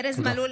(קוראת בשמות חברי הכנסת) ארז מלול,